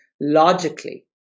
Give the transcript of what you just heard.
logically